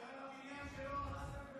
דבר על הבניין שלא הרסתם במזרח ירושלים.